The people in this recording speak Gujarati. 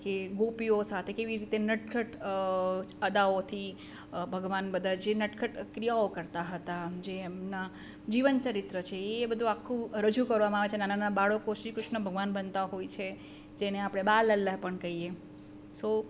કે ગોપીઓ સાથે કેવી રીતે નટખટ અદાઓથી ભગવાન બધા જે નટખટ ક્રિયાઓ કરતા હતા જેના જીવનચરિત્ર છે એ બધું આખું રજૂ કરવામાં આવે છે નાના નાના બાળકો શ્રી ક્રૃશ્ન ભગવાન બનતા હોય છે જેને આપણે બાલ લલ્લા પણ કહીએ સો